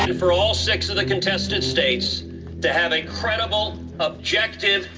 and for all six of the contested states to have a credible objective,